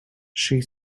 she